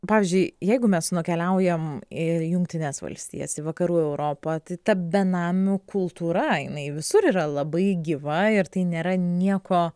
pavyzdžiui jeigu mes nukeliaujam ir į jungtines valstijas į vakarų europą tai ta benamių kultūra jinai visur yra labai gyva ir tai nėra nieko